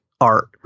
art